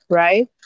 right